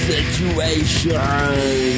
Situation